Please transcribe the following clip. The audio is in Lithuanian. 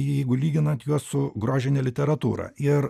jeigu lyginant juos su grožine literatūra ir